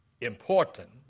important